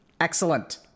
Excellent